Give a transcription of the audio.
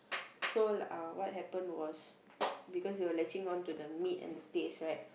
so uh what happened was because it was latching on to the meat and the taste right